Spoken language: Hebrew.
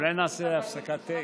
אולי נעשה הפסקת תה?